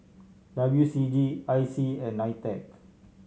W C G I C and NITEC